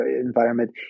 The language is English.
environment